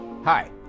Hi